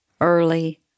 early